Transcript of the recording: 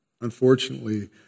Unfortunately